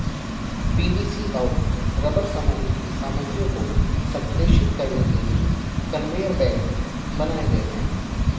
PVC और rubber सामग्री की सामग्रियों को संप्रेषित करने के लिए कन्वेयर बेल्ट बनाए गए हैं